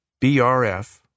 BRF